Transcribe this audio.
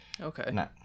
Okay